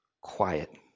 quiet